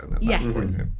Yes